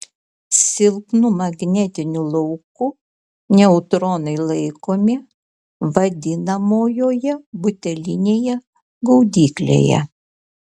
silpnu magnetiniu lauku neutronai laikomi vadinamojoje butelinėje gaudyklėje